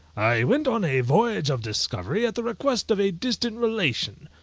i went on a voyage of discovery at the request of a distant relation,